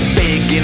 big